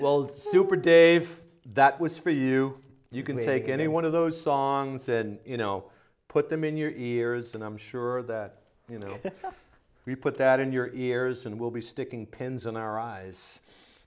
weld super dave that was for you you can take any one of those songs and know put them in your ears and i'm sure that you know we put that in your ears and we'll be sticking pins in our eyes